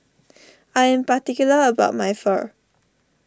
I am particular about my Pho